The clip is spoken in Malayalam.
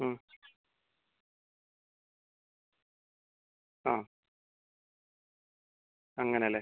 ഉം ആ അങ്ങനെ അല്ലേ